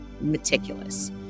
meticulous